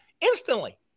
Instantly